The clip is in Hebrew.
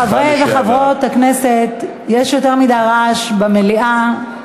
חברי וחברות הכנסת, יש יותר מדי רעש במליאה.